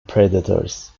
predators